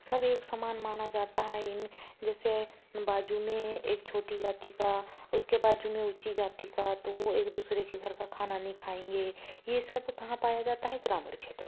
सब एक समान माना जाता है इन जैसे बाजू में एक छोटी जाति का उसके बाजू में ऊँची जाति का तो वह एक दूसरे के घर का खाना नहीं खाएंगे यह सब कहाँ पाया जाता है ग्रामीण क्षेत्रों में